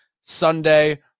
Sunday